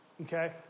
Okay